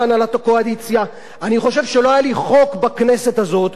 אני חושב שלא היה לי חוק בכנסת הזאת שעבר כזאת